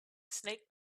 snake